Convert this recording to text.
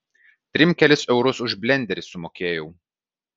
trim kelis eurus už blenderį sumokėjau